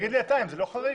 זה לא חריג?